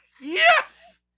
yes